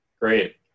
Great